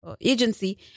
agency